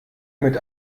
mit